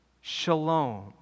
Shalom